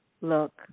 Look